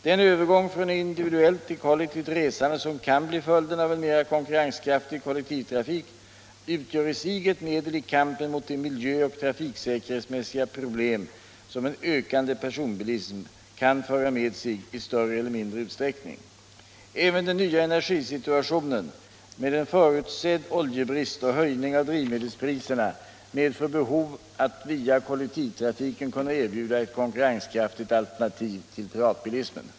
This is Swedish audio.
Den övergång från individuellt till kollektivt resande som kan bli följden av en mera konkurrenskraftig kollektivtrafik utgör i sig ett medel i kampen mot de miljö och trafiksäkerhetsmässiga problem som en ökande personbilism kan föra med sig i större eller mindre utsträckning. Även den nya energisituationen med en förutsedd oljebrist och höjning av drivmedelspriserna medför behov att via kollektivtrafiken kunna erbjuda ett konkurrenskraftigt alternativ till privatbilismen.